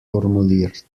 formuliert